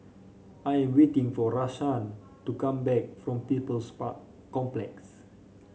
I am waiting for Rahsaan to come back from People's Park Complex